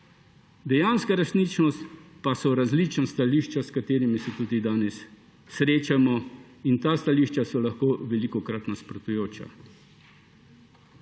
Dejanska resničnost pa so različna stališča, s katerimi se tudi danes srečujemo, in ta stališča so lahko velikokrat nasprotujoča.